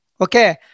Okay